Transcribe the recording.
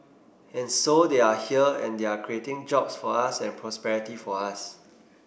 and so they are here and they are creating jobs for us and prosperity for us